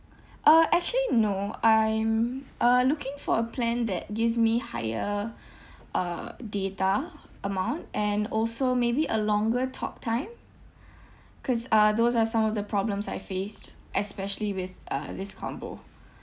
uh actually no I'm uh looking for a plan that gives me higher uh data of amount and also maybe a longer talk time cause uh those are some of the problems I faced especially with uh this combo